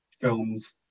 films